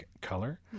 color